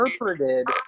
interpreted